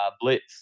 blitz